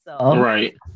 Right